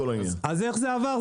אז איך זה עבר?